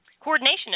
coordination